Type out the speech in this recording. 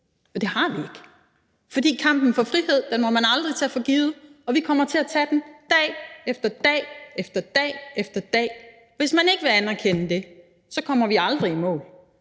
Og det har vi ikke. For kampen for frihed må man aldrig tage for givet, og vi kommer til at tage den dag efter dag efter dag. Hvis man ikke vil anerkende det, så kommer vi aldrig i mål.